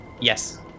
Yes